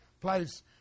place